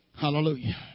hallelujah